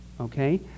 okay